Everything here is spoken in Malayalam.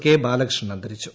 കെ ബാലകൃഷ്ണൻ അന്തരിച്ചു